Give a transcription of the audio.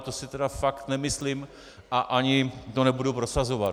To si tedy fakt nemyslím a ani to nebudu prosazovat.